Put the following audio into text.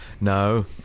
No